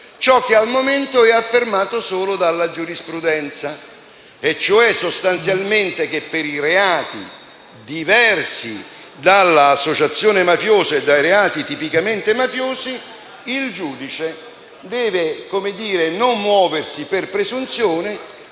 ciò che al momento è affermato solo dalla giurisprudenza, cioè sostanzialmente che per i reati diversi dall'associazione mafiosa e dai reati tipicamente mafiosi il giudice non deve muoversi per presunzione,